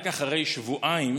רק אחרי שבועיים